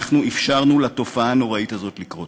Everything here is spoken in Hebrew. אנחנו אפשרנו לתופעה הנוראית הזאת לקרות.